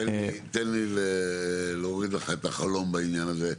תן לי להוריד לך את החלום בעניין הזה.